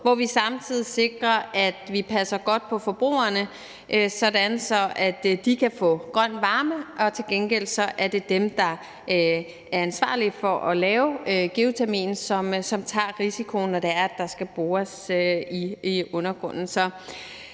hvor vi samtidig sikrer, at vi passer godt på forbrugerne, sådan at de kan få grøn varme. Til gengæld er det dem, der er ansvarlige for at lave geotermien, som tager risikoen, når der skal bores i undergrunden.